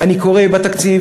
אני קורא בתקציב,